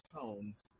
tones